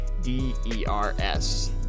D-E-R-S